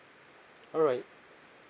alright